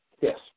Yes